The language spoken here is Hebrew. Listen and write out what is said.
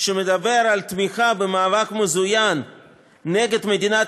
שמדבר על תמיכה במאבק מזוין נגד מדינת